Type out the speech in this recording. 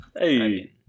hey